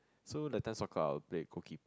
so that time soccer I will play goalkeeper